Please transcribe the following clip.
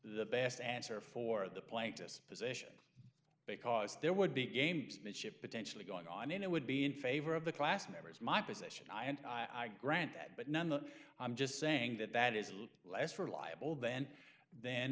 the best answer for the plank this position because there would be gamesmanship potentially going on and it would be in favor of the class members my position i and i grant that but nonetheless i'm just saying that that is less reliable then th